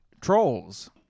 trolls